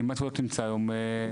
כמעט לא תמצא היום הכשרות,